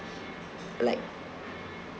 like